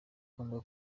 ugomba